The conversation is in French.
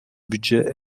budget